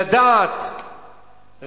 ולדעת,